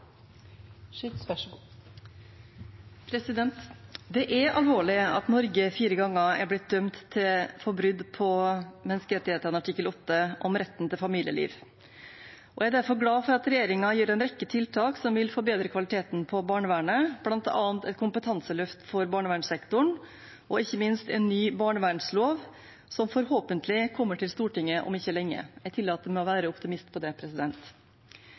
blitt dømt for brudd på menneskerettighetenes artikkel 8, om retten til familieliv. Jeg er derfor glad for at regjeringen gjør en rekke tiltak som vil forbedre kvaliteten på barnevernet, bl.a. et kompetanseløft for barnevernssektoren og ikke minst en ny barnevernslov, som forhåpentlig kommer til Stortinget om ikke lenge. Jeg tillater meg å være optimist på det.